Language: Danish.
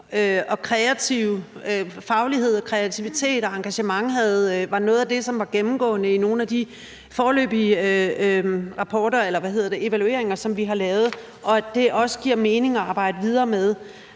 at faglighed, kreativitet og engagement var noget af det, som var gennemgående i nogle af de foreløbige evalueringer, som vi har lavet, og at det også giver mening at arbejde videre med.